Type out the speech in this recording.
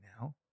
now